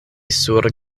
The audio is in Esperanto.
sur